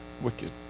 wicked